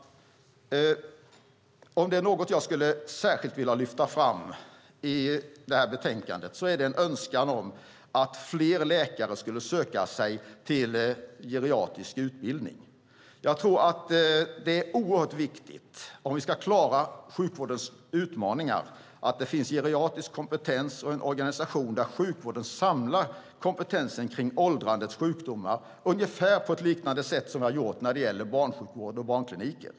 Om det är något jag särskilt skulle vilja lyfta fram i betänkandet är det en önskan att fler läkare skulle söka sig till geriatrisk utbildning. Jag tror att det är oerhört viktigt om vi ska klara sjukvårdens utmaningar att det finns geriatrisk kompetens och en organisation där sjukvården samlar kompetensen kring åldrandets sjukdomar ungefär på samma sätt som man har gjort när det gäller barnsjukvård och barnkliniker.